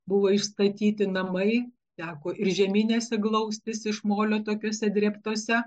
buvo išstatyti namai teko ir žeminėse glaustis iš molio tokiose drėbtose